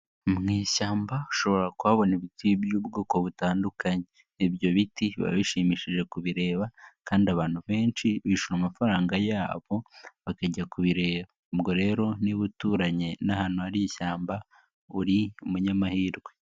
Mu ishyamba ushobora kuhabona ibiti by'ubwoko butandukanye, ibyo biti biba bishimishije kubireba kandi abantu benshi bishyura amafaranga yabo bakajya kubireba, ubwo rero niba uturanye n'ahantu hari ishyamba uri umunyamahirwe.